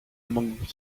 among